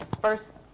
First